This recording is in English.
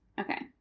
okay